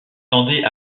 tendaient